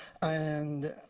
and